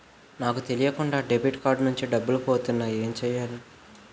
నాకు తెలియకుండా debit card నుంచి డబ్బులు పోతున్నాయి ఎం చెయ్యాలి?